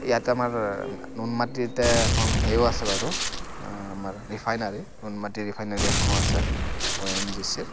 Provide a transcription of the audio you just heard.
ইয়াত আমাৰ নুনমাটিতে এখন হেৰিও আছে বাৰু আমাৰ ৰিফাইনাৰী নুনমাটি ৰিফাইনেৰী এখনো আছে অ এন জি চিৰ